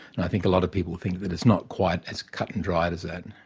and i think a lot of people think that it's not quite as cut and dried as that.